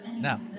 Now